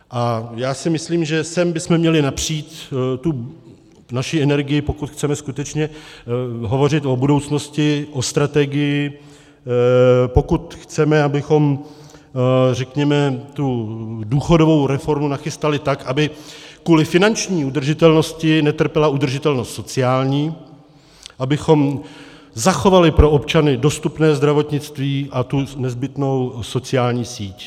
A já si myslím, že sem bychom měli napřít naši energii, pokud chceme skutečně hovořit o budoucnosti, o strategii, pokud chceme, abychom, řekněme, tu důchodovou reformu nachystali tak, aby kvůli finanční udržitelnosti netrpěla udržitelnost sociální, abychom zachovali pro občany dostupné zdravotnictví a tu nezbytnou sociální síť.